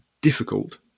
difficult